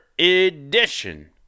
edition